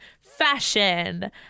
fashion